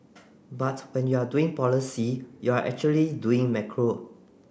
but when you are doing policy you're actually doing macro